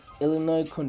Illinois